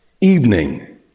evening